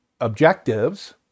objectives